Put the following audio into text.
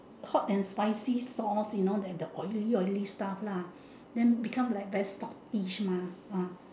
hot and spicy sauce the oily oily stuff lah then become like very saltish mah ah